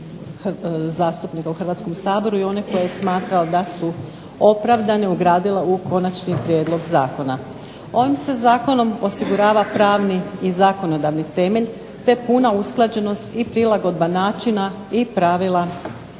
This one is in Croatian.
zastupnika u Hrvatskom saboru i one koje je smatrao da su opravdane ugradila u konačni prijedlog zakona. Ovim se zakonom osigurava pravni i zakonodavni temelj, te puna usklađenost i prilagodba načina i pravila